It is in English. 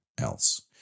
else